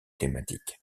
thématiques